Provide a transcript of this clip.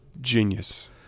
Genius